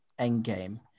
Endgame